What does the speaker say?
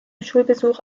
schulbesuch